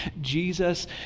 Jesus